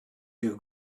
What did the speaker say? you